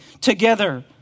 together